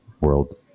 World